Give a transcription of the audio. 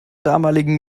damaligen